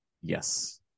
Yes